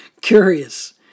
curious